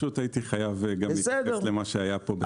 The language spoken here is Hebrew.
הייתי חייב להתייחס למה שהיה פה.